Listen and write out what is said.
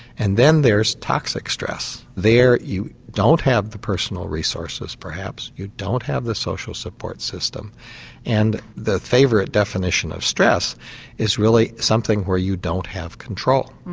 and then there's toxic stress there you don't have the personal resources perhaps, you don't have the social support system and the favourite definition of stress is really something where you don't have control.